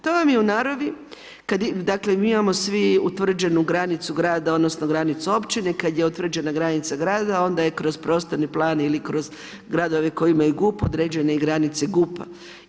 To vam je u naravi dakle, mi imamo svi utvrđenu granicu grada, odnosno granicu općine, kad je utvrđena granica grada, onda je kroz prostorni plan iz kroz gradove koji imaju GUP određene i granice GUP-a.